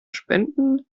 spenden